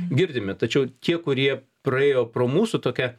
girdime tačiau tie kurie praėjo pro mūsų tokią